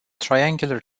triangular